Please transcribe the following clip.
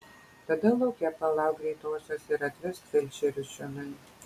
tada lauke palauk greitosios ir atvesk felčerius čionai